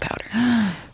powder